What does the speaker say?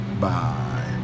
Bye